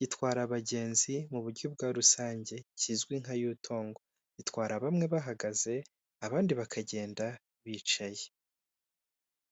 gitwara abagenzi mu buryo bwa rusange kizwi nka Yutongo, gitwara bamwe bahagaze abandi bakagenda bicaye.